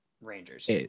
Rangers